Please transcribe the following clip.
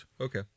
Okay